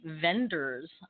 vendors